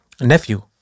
nephew